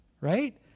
right